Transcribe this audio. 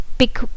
pick